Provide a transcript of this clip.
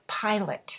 pilot